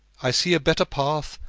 i see a better path,